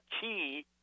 key